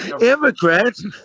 Immigrants